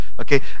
Okay